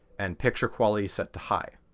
and picture quality set to high.